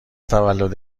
تولد